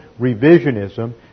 revisionism